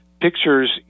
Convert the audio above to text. pictures